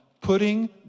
putting